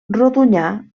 rodonyà